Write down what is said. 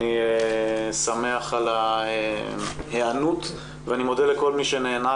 אני שמח על ההיענות ואני מודה לכל מי שנענה